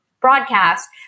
broadcast